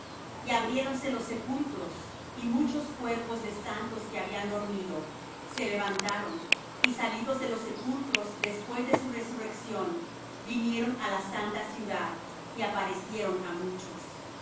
y abriéronse los sepulcros y muchos cuerpos de santos que habían dormido se levantaron y salidos de los sepulcros después de su resurrección vinieron á la santa ciudad y aparecieron á muchos